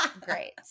Great